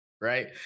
Right